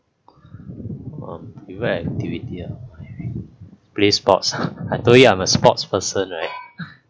um favourite activity ah play sports I told you I'm a sports person right